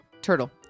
Turtle